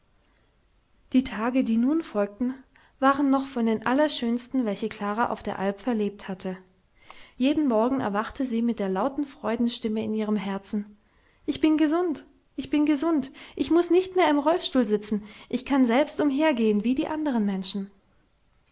die tage die nun folgten waren noch von den allerschönsten welche klara auf der alp verlebt hatte jeden morgen erwachte sie mit der lauten freudenstimme in ihrem herzen ich bin gesund ich bin gesund ich muß nicht mehr im rollstuhl sitzen ich kann selbst umhergehen wie die anderen menschen